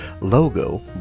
Logo